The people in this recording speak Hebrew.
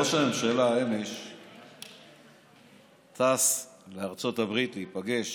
ראש הממשלה טס אמש לארצות הברית להיפגש